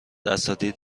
اساتید